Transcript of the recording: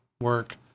work